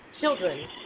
children